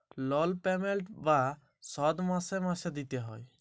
লল পেমেল্ট বা শধ মাসে মাসে দিইতে হ্যয়